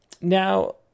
now